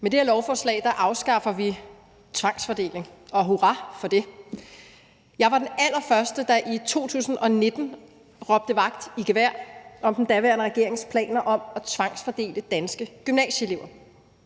Med det her lovforslag afskaffer vi tvangsfordeling, og hurra for det. Jeg var den allerførste, der i 2019 råbte vagt i gevær om den daværende regerings planer om at tvangsfordele danske gymnasieelever.